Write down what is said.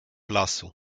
lasu